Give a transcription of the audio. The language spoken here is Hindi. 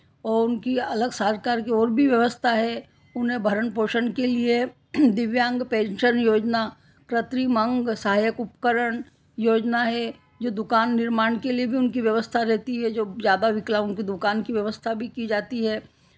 और अलग सरकार की और भी व्यवस्था है उन्हें भरण पोषण के लिए दिव्यांग पेंशन योजना कृत्रिम अंग सहायक उपकरण योजना है जो दुकान निर्माण के लिए भी उनकी व्यवस्था रहती है जो ज़्यादा विकलांग उनकी दुकान की व्यवस्था भी की जाती है